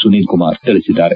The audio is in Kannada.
ಸುನಿಲ್ ಕುಮಾರ್ ತಿಳಿಸಿದ್ದಾರೆ